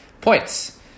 points